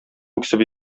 үксеп